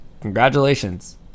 Congratulations